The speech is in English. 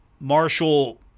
Marshall